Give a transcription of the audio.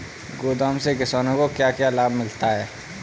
गोदाम से किसानों को क्या क्या लाभ मिलता है?